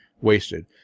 wasted